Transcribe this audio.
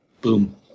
Boom